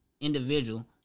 individual